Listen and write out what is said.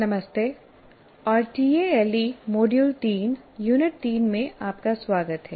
नमस्ते और TALE module 3 unit 3 में आपका स्वागत है